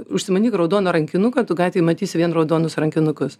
užsimanyk raudoną rankinuką tu gatvėj matysi vien raudonus rankinukus